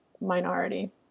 minority